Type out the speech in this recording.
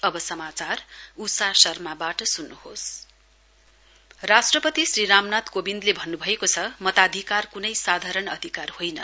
national भोर्टस् day राष्ट्रपति श्रि रामनाथ कोविन्दले भन्नुभएको छ मताधिकार कुनै साधारण अधिकार होइन